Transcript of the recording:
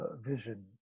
vision